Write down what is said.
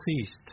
ceased